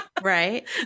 right